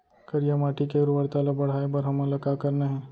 करिया माटी के उर्वरता ला बढ़ाए बर हमन ला का करना हे?